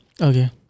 Okay